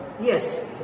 Yes